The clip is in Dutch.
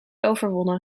overwonnen